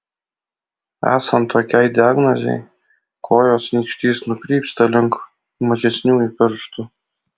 esant tokiai diagnozei kojos nykštys nukrypsta link mažesniųjų pirštų